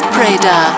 Prada